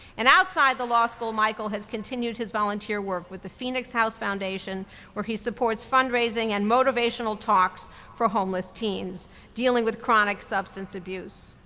and outside the law school, michael has continued his volunteer work with the phoenix house foundation where he supports fund raising and motivational talks for homeless teens dealing with chronic substance abuse.